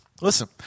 listen